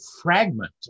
fragment